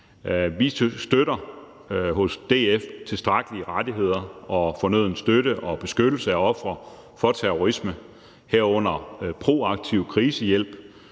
Vi støtter hos DF tilstrækkelige rettigheder og fornøden støtte og beskyttelse af ofre for terrorisme, herunder proaktiv krisehjælp,